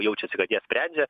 jaučiasi kad jie sprendžia